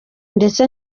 ndetse